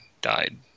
died